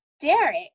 derek